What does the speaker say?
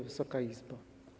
Wysoka Izbo!